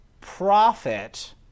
Profit